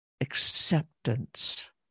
acceptance